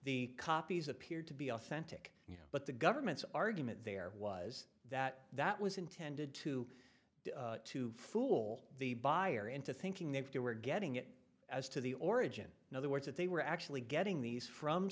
the copies appeared to be authentic but the government's argument there was that that was intended to to fool the buyer into thinking that they were getting it as to the origin in other words that they were actually getting these from